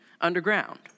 underground